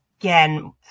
again